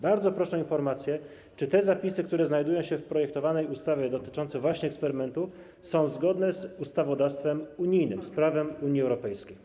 Bardzo proszę o informację, czy zapisy, które znajdują się w projektowanej ustawie, dotyczące właśnie eksperymentów są zgodne z ustawodawstwem unijnym, z prawem Unii Europejskiej.